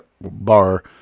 bar